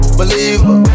believer